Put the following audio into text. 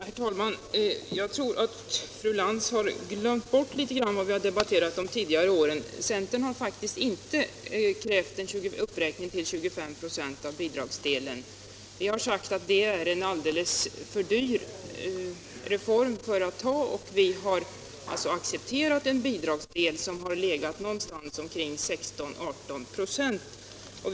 Herr talman! Jag tror att fru Lantz har glömt bort vad vi har debatterat de senaste åren. Centern har faktiskt inte krävt en uppräkning av bidragsdelen till 25 96. Vi har sagt att det är en alldeles för dyr reform. Vi har accepterat en bidragsdel som ligger någonstans kring 16 96.